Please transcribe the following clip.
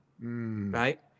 right